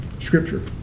scripture